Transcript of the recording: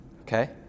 Okay